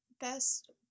Best